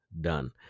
done